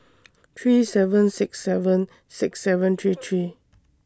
three seven six seven six seven three three